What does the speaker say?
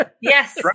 Yes